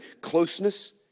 closeness